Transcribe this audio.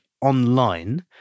online